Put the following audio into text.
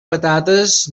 patates